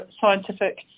scientific